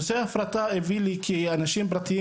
נושא ההפרטה הביא לזה שאנשים פרטיים